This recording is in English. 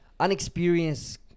unexperienced